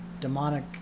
demonic